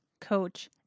coach